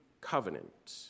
covenant